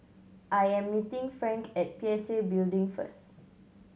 I am meeting Frank at P S A Building first